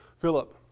Philip